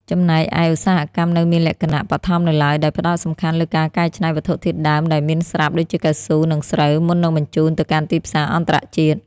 ចំណែកឯឧស្សាហកម្មនៅមានលក្ខណៈបឋមនៅឡើយ ដោយផ្តោតសំខាន់លើការកែច្នៃវត្ថុធាតុដើមដែលមានស្រាប់ ដូចជាកៅស៊ូ និងស្រូវ មុននឹងបញ្ជូនទៅកាន់ទីផ្សារអន្តរជាតិ។